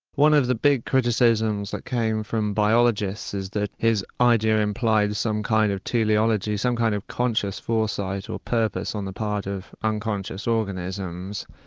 one of the big criticisms that came from biologists is that his idea implies some kind of teleology, some kind of conscious foresight or purpose on the part of unconscious organisms,